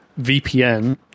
VPN